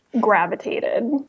gravitated